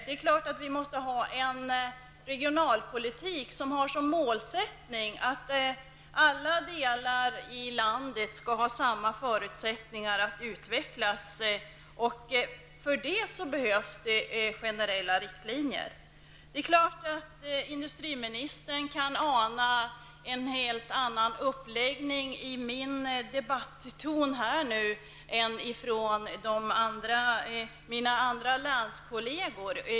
Det är klart att vi måste ha en regionalpolitik som har som målsättning att alla delar av landet skall ha samma förutsättningar att utvecklas. För detta behövs generella riktlinjer. Det är klart att industriministern kan ana en helt annan uppläggning i mitt debattinlägg än i mina länskollegers.